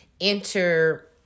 enter